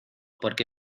porque